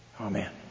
Amen